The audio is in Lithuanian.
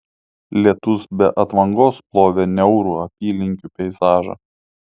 lietus be atvangos plovė niaurų apylinkių peizažą